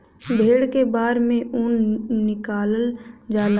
भेड़ के बार से ऊन निकालल जाला